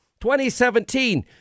2017